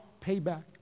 payback